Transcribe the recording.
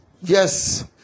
Yes